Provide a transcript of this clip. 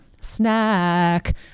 snack